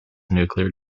nuclear